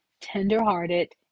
tender-hearted